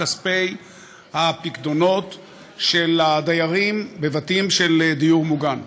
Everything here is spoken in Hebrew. כספי הפיקדונות של הדיירים בבתים של דיור מוגן.